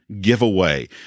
giveaway